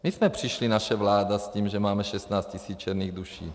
My jsme přišli, naše vláda, s tím, že máme 16 tisíc černých duší.